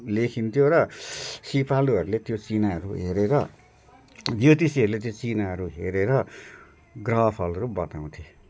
लेखिन्थ्यो र सिपालुहरूले त्यो चिनाहरू हेरेर ज्योतिषीहरूले त्यो चिनाहरू हेरेर ग्रह फलहरू बताउँथे